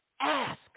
ask